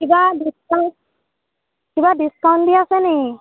কিবা ডিস্কাউণ্ট কিবা ডিস্কাউণ্ট দি আছে নেকি